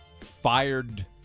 fired